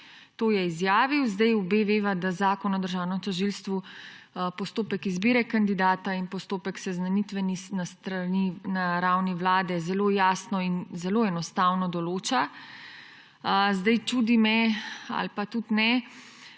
To je izjavil. Obe veva, da Zakon o državnem tožilstvu postopek izbire kandidata in postopek seznanitve na ravni vlade zelo jasno in zelo enostavno določa. Čudi me, ali pa tudi ne;